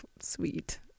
sweet